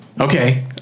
okay